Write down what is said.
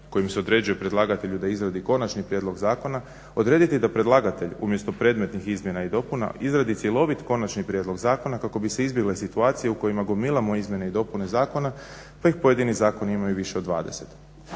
kojim se određuje predlagatelju da izradi konačni prijedlog zakona, odrediti da predlagatelj umjesto predmetnih izmjena i dopuna izradi cjelovit konačni prijedlog zakona kako bi se izbjegle situacija u kojima gomilamo izmjene i dopune zakona pa ih pojedini zakoni imaju više od 20.